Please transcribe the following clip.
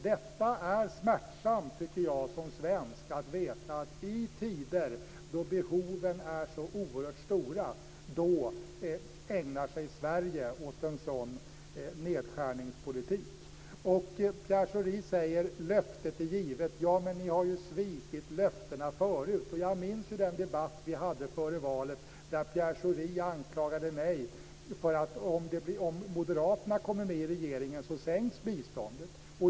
Det är smärtsamt, tycker jag, som svensk att veta att i tider då behoven är så oerhört stora ägnar sig Sverige åt en sådan här nedskärningspolitik. Pierre Schori säger att löftet är givet. Ja, men ni har ju svikit löftena förut. Jag minns den debatt vi hade före valet där Pierre Schori anklagade mig och sade att om Moderaterna kommer med i regeringen sänks biståndet.